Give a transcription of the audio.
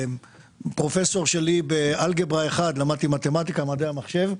למדתי אז מתמטיקה ומדעי המחשב.